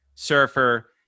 surfer